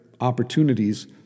opportunities